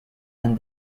and